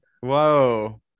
Whoa